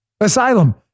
Asylum